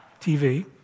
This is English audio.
TV